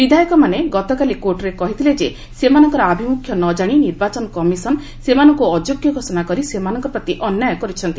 ବିଧାୟକମାନେ ଗତକାଲି କୋର୍ଟରେ କହିଥିଲେ ଯେ ସେମାନଙ୍କର ଆଭିମୁଖ୍ୟ ନ ଜାଣି ନିର୍ବାଚନ କମିଶନ୍ ସେମାନଙ୍କୁ ଅଯୋଗ୍ୟ ଘୋଷଣା କରି ସେମାନଙ୍କ ପ୍ରତି ଅନ୍ୟାୟ କରିଛନ୍ତି